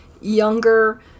younger